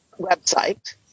website